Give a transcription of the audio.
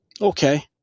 Okay